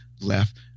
left